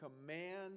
command